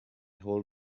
hold